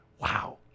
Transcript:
Wow